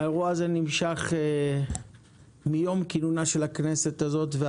האירוע הזה נמשך מיום כינונה של הכנסת הזאת,